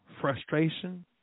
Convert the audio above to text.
frustration